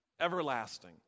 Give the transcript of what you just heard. Everlasting